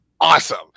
awesome